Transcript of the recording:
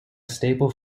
staple